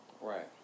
Right